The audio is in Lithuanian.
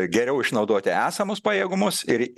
geriau išnaudoti esamus pajėgumus ir